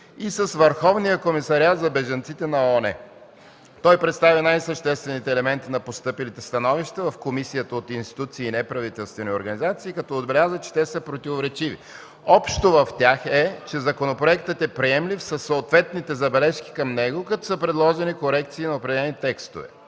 и с Върховния комисариат за бежанците на ООН. Той представи най-съществените елементи на постъпилите становища в комисията от институции и неправителствени организации, като отбеляза, че те са противоречиви. Общото в тях е, че законопроектът е приемлив със съответните забележки по него, като са предложени корекции на определени текстове.